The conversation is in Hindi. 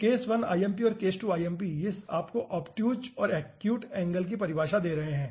तो case1 lmp और case2 lmp ये आपको ऑब्टयूज़ और एक्यूट कांटेक्ट एंगल की परिभाषा दे रहे हैं